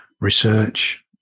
research